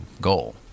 goal